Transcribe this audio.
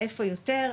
איפה יותר,